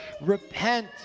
Repent